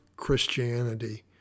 christianity